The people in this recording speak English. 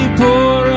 pour